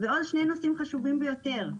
ועוד שני נושאים חשובים ביותר.